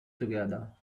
together